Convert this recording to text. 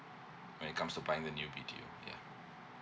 when it comes to buying the new B_T_O ya